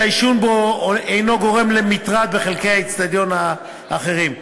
והעישון בהם אינו גורם למטרד בחלקי האיצטדיון האחרים.